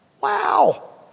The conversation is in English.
Wow